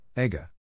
Ega